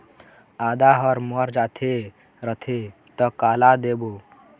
आदा हर मर जाथे रथे त काला देबो?